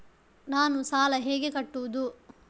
ನಾನು ಸಾಲ ಹೇಗೆ ಕಟ್ಟುವುದು?